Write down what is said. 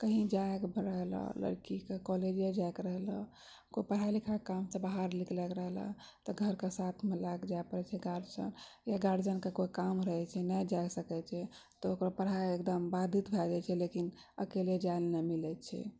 कहीं जाइ पड़ल हऽ लड़कीके कॉलेजे जाइके रहल लऽ कोनो पढ़ाइ लिखाइ के काम से बाहर निकलत रहै लऽ तऽ घरसँ कोई के साथमे लै कए जाइ लऽ पड़ै छै गार्जियन ओइ गार्जियनके कोइ काम रहै छै नहि जाइ सकै छै तो ओकर पढाइ बाधित भए जाइ छै लेकिन अकेले जायमे मन नहि लगै छै